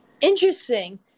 Interesting